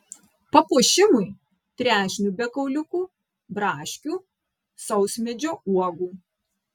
papuošimui trešnių be kauliukų braškių sausmedžio uogų